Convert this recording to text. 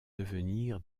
devenir